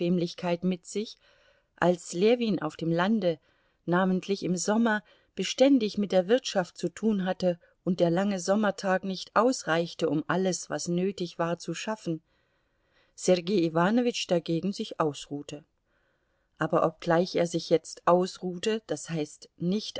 mit sich als ljewin auf dem lande namentlich im sommer beständig mit der wirtschaft zu tun hatte und der lange sommertag nicht ausreichte um alles was nötig war zu schaffen sergei iwanowitsch dagegen sich ausruhte aber obgleich er sich jetzt ausruhte das heißt nicht